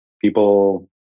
people